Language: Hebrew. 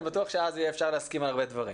אני בטוח שאז יהיה אפשר להסכים על הרבה דברים.